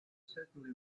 certainly